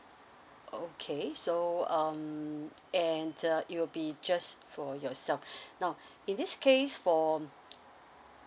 okay so um and uh it will be just for yourself now in this case for